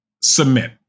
submit